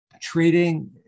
treating